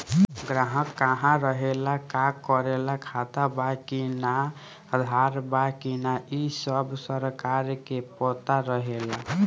ग्राहक कहा रहेला, का करेला, खाता बा कि ना, आधार बा कि ना इ सब सरकार के पता रहेला